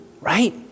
right